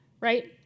right